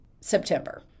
September